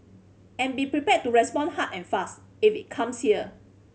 and be prepared to respond hard and fast if it comes here